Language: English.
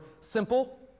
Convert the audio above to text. Simple